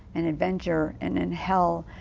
and adventure and in hell,